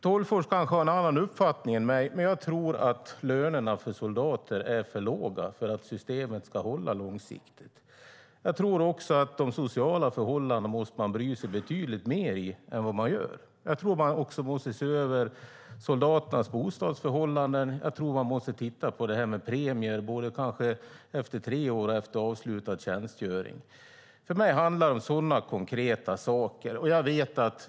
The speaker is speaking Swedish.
Tolgfors kanske har en annan uppfattning än jag, men jag tror att soldaternas löner är för låga för att systemet ska hålla långsiktigt. Jag tror också att man måste bry sig betydligt mer om de sociala förhållandena än vad man gör. Man måste se över soldaternas bostadsförhållanden, och jag tror att man måste titta på frågan om premier både efter tre år och efter avslutad tjänstgöring. För mig handlar det om sådana konkreta saker.